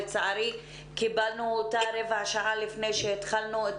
לצערי קיבלנו את המצגת רבע שעה לפני שהתחלנו את